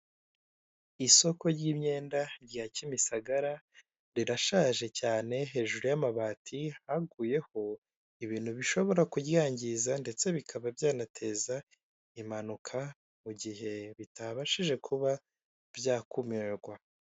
Isoko ry'imyenda rya kimisagara rirashaje cyane hejuru y'amabati haguyeho ibintu bishobora kuryangiza ndetse bikaba byanateza impanuka mu gihe bitabashije kuba byakumirwa.